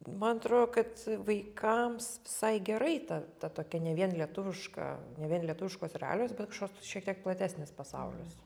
man atrodo kad vaikams visai gerai ta ta tokia ne vien lietuviška ne vien lietuviškos realijos bet šots šiek tiek platesnis pasaulis